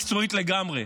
מקצועית לגמרי,